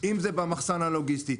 אם זה במחסן הלוגיסטי,